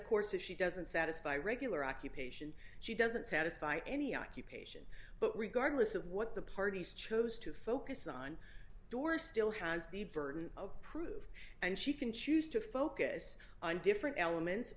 of course if she doesn't satisfy regular occupation she doesn't satisfy any occupation but regardless of what the parties chose to focus on doors still has the burden of proof and she can choose to focus on different elements